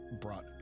brought